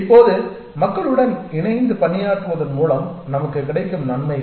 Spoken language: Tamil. இப்போது மக்களுடன் இணைந்து பணியாற்றுவதன் மூலம் நமக்கு கிடைக்கும் நன்மைகள்